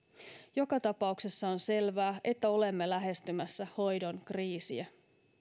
joka tapauksessa on selvää että olemme lähestymässä hoidon kriisiä